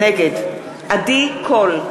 נגד עדי קול,